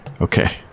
Okay